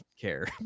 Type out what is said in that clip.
care